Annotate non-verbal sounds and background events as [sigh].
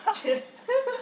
[laughs]